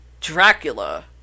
Dracula